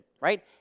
right